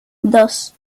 dos